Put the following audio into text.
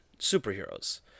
superheroes